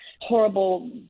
horrible